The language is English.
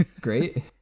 Great